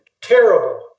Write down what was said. terrible